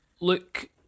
look